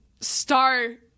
start